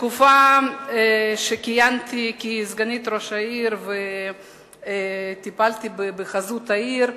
בתקופה שכיהנתי כסגנית ראש העיר וטיפלתי בחזות העיר,